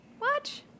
watch